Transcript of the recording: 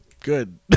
good